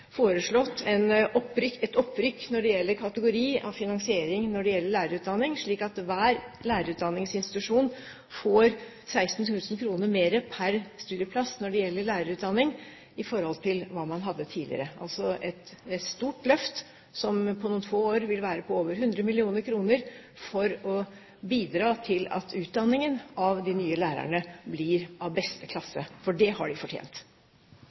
et opprykk når det gjelder kategori av finansiering når det gjelder lærerutdanningen, slik at hver lærerutdanningsinstitusjon får 16 000 kr mer pr. studieplass i forhold til hva man hadde tidligere – altså et stort løft som på noen få år vil være på over 100 mill. kr og bidra til at utdanning av nye lærere blir av beste klasse, for det har de fortjent.